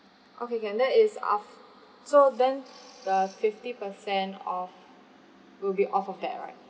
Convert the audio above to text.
okay can that is af~ so then the fifty percent off will be off of that right